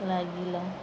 ଲାଗିଲା